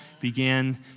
began